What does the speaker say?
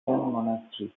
monasteries